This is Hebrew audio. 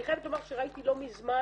אני חייבת לומר שראיתי לא מזמן